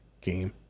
game